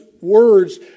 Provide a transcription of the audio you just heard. words